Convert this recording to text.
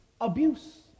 abuse